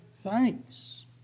thanks